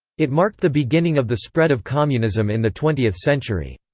it marked the beginning of the spread of communism in the twentieth century.